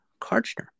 Karchner